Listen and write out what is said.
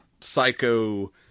Psycho